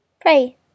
Pray